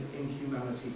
inhumanity